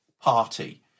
party